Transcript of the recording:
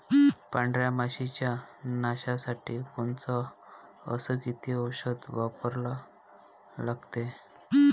पांढऱ्या माशी च्या नाशा साठी कोनचं अस किती औषध वापरा लागते?